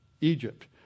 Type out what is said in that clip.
Egypt